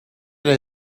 that